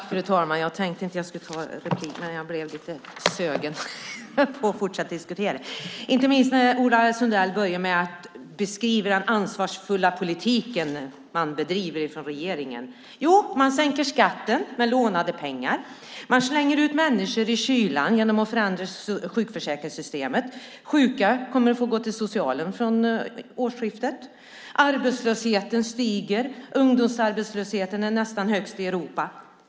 Fru ålderspresident! Jag blev lite sugen på att fortsätta diskutera, inte minst när Ola Sundell börjar med att beskriva den ansvarsfulla politik man bedriver från regeringen. Man sänker skatten med lånade pengar, man slänger ut människor i kylan genom att förändra sjukförsäkringssystemet. Sjuka kommer att få gå till socialen från årsskiftet. Arbetslösheten stiger. Ungdomsarbetslösheten är nästan högst i Europa.